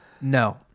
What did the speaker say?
No